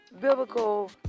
biblical